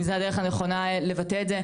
אני לא יודעת אם זו הדרך הנכונה לבטא את זה.